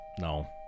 No